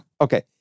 Okay